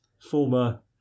Former